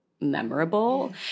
memorable